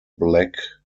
black